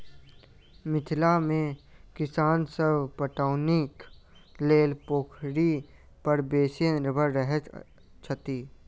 मिथिला मे किसान सभ पटौनीक लेल पोखरि पर बेसी निर्भर रहैत छथि